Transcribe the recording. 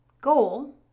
goal